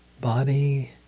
body